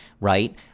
right